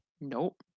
Nope